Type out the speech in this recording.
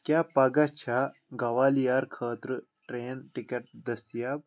کیٛاہ پگہہ چھا گوالِیار خٲطرٕ ٹرین ٹکٹ دٔستِیاب